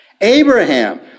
Abraham